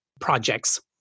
projects